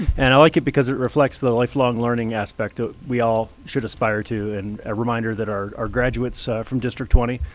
and i like it because it reflects the lifelong learning aspect that we all should aspire to, and a reminder that our graduates from district twenty,